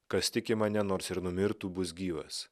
kas tiki mane nors ir numirtų bus gyvas